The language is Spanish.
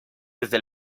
desde